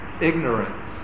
ignorance